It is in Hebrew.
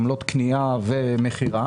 עמלות קנייה ומכירה